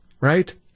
Right